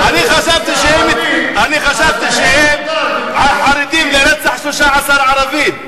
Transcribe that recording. אני חשבתי שהם חרדים לרצח 13 ערבים,